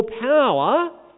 power